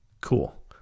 cool